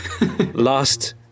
last